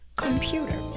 computer